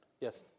Yes